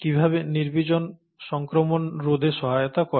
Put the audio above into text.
কীভাবে নির্বীজন সংক্রমণ রোধে সহায়তা করে